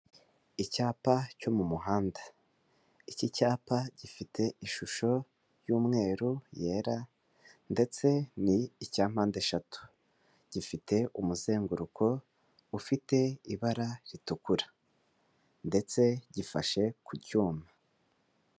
Icyapa cyo mu muhanda. Iki cyapa gifite ishusho y'umweru yera ndetse ni icya mpande eshatu gifite umuzenguruko ufite ibara ritukura ndetse gifashe ku cyuma.